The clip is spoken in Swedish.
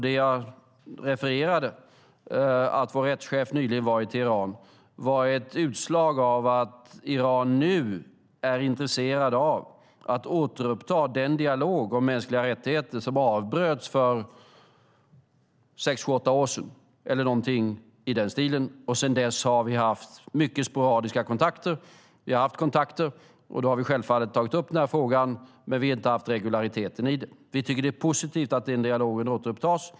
Det jag refererade - att vår rättschef nyligen har varit i Teheran - var ett utslag av att Iran nu är intresserat av att återuppta den dialog om mänskliga rättigheter som avbröts för sex, sju eller åtta år sedan, eller något i den stilen. Sedan dess har vi haft mycket sporadiska kontakter. Vi har haft kontakter, och då har vi självfallet tagit upp frågan, men vi har inte haft regulariteten i det. Vi tycker att det är positivt att dialogen återupptas.